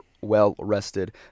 well-rested